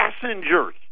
passengers